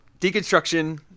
deconstruction